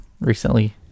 recently